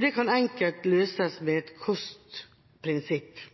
Det kan enkelt løses ved et